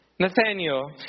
Nathaniel